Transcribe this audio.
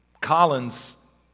Collins